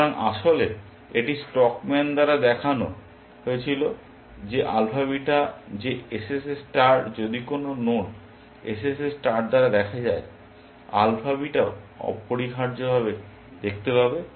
সুতরাং আসলে এটি স্টকম্যান দ্বারা দেখানো হয়েছিল যে আলফা বিটা যে SSS ষ্টার যদি কোনো নোড SSS ষ্টার দ্বারা দেখা যায় আলফা বিটাও অপরিহার্যভাবে দেখতে পাবে